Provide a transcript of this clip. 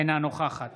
אינה נוכחת